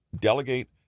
delegate